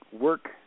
work